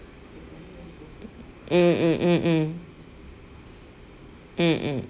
mm mm mm mm mm mm